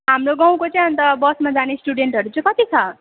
हाम्रो गाउँको चाहिँ अन्त बसमा जाने स्टुडेन्टहरू चाहिँ कति छ